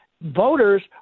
voters